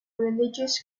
religious